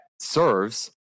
serves